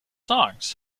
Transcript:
songs